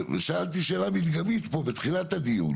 ושאלתי שאלה מדגמית פה בתחילת הדיון